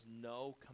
no